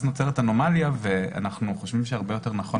אז נוצרת אנומליה ואנחנו חושבים שהרבה יותר נכון